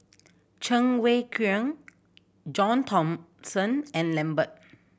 Cheng Wai Keung John Thomson and Lambert